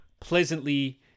pleasantly